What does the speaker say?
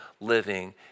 living